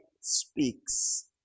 speaks